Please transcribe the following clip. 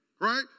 Right